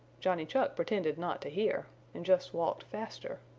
johnny chuck pretended not to hear and just walked faster.